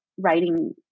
writing